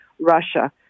Russia